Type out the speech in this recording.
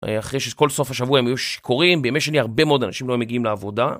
אחרי שכל סוף השבוע היו שיכורים, בימי שני הרבה מאוד אנשים לא היו מגיעים לעבודה.